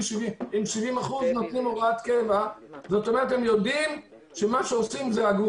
אם 70% נותנים הוראת קבע אז זה מצביע על נתינת אמון במערכת.